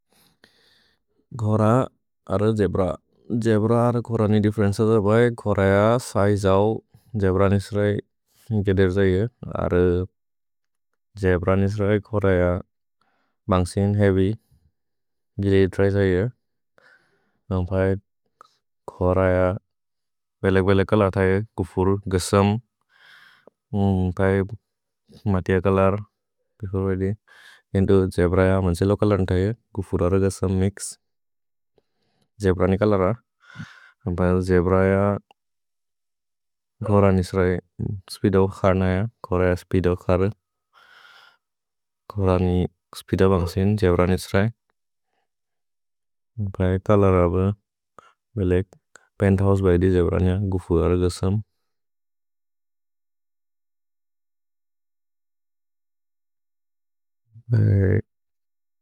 घोर अर् घेब्र घेब्र अर् घोर ने दिफ्फेरेन्चे अध भै। घोर अ सिजे ओउत् घेब्र निस्रै घेदेर् जैय अर्। घेब्र निस्रै घोर अ बन्सिन् हेअव्य् घेज् जैय न भै। घोर अ बेले बेले कल थैय कुफुर् गस्सम् न भै मत्य कल इन्तो। घेब्र अ मन्से लोकल् कल थैय कुफुर् अर् गस्सम् मिक्स्। घेब्र नि कल र न भै घेब्र अ घोर निस्रै स्पीदो खर् न अ घोर अ स्पीदो खर्। घोर नि स्पीदो बन्सिन् घेब्र निस्रै न भै कल र बे बेलेक् पेन्थोउसे भै दि घेब्र अ कुफुर् अर् गस्सम्।